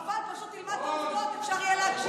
חבל, פשוט תלמד את העובדות, אפשר יהיה להקשיב לך.